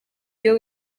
iyo